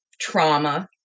trauma